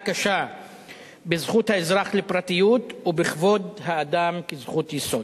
קשה בזכות האזרח לפרטיות ובכבוד האדם כזכות יסוד.